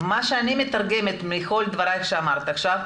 מה שאני מתרגמת מכל דברייך שאמרת עכשיו,